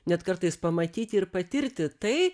net kartais pamatyti ir patirti tai